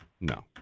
no